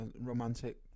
romantic